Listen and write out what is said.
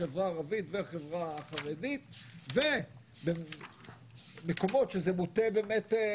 החברה הערבית והחברה החרדית ובמקומות שזה מוטה דיור,